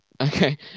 Okay